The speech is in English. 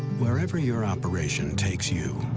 wherever your operation takes you,